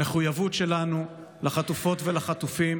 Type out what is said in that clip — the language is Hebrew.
המחויבות שלנו לחטופות ולחטופים